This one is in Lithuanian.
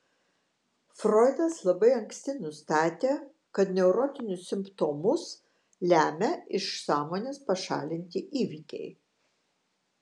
froidas labai anksti nustatė kad neurotinius simptomus lemia iš sąmonės pašalinti įvykiai